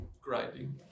grinding